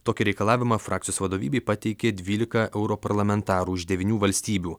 tokį reikalavimą frakcijos vadovybei pateikė dvylika europarlamentarų iš devynių valstybių